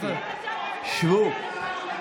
שבו.